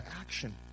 Action